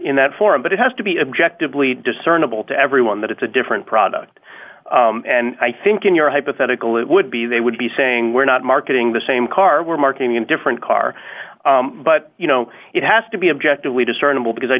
in that form but it has to be objective lead discernible to everyone that it's a different product and i think in your hypothetical it would be they would be saying we're not marketing the same car we're marking a different car but you know it has to be objective we discernible because i